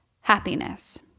happiness